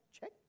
check